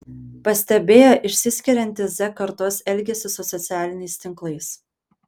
pastebėjo išsiskiriantį z kartos elgesį su socialiniais tinklais